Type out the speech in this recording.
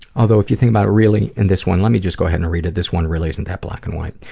although if you think about it really in this one, let just go ahead and read it, this one really isn't that black and white.